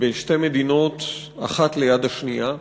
בשתי מדינות, אחת ליד השנייה,